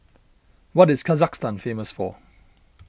what is Kazakhstan famous for